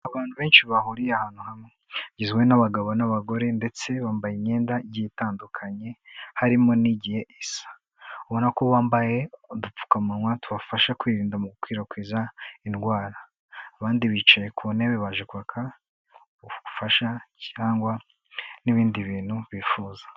Abantu benshi bahuriye ahantu hamwe bagizwe n'abagabo n'abagore ndetse bambaye imyenda igiye itandukanye harimo n'igiye isa, ubona ko bambaye udupfukamunwa tubafasha kwirinda mu gukwirakwiza indwara, abandi bicaye ku ntebe baje kwaka ubufasha cyangwa n'ibindi bintu bifuza.